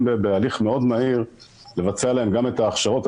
בהליך מאוד מהיר לבצע להם גם את ההכשרות.